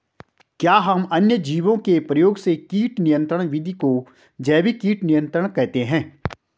क्या हम अन्य जीवों के प्रयोग से कीट नियंत्रिण विधि को जैविक कीट नियंत्रण कहते हैं?